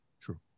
True